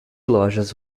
lojas